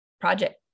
project